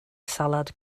salad